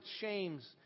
shames